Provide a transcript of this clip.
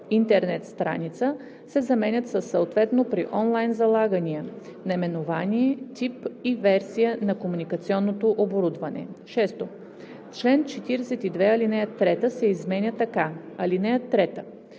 интернет страница“ се заменят със „съответно при онлайн залагания – наименование, тип и версия на комуникационното оборудване.“ 6. Член 42, ал. 3 се изменя така: „(3)